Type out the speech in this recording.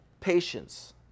patience